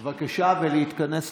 בבקשה, ולהתכנס לסיום,